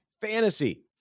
fantasy